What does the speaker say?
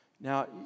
Now